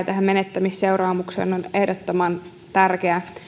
tähän menettämisseuraamukseen on ehdottoman tärkeä